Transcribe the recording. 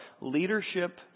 leadership